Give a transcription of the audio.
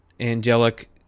angelic